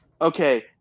okay